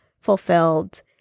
fulfilled